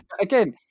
again